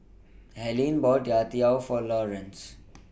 Harlene bought Youtiao For Lawrence